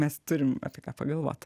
mes turim apie ką pagalvot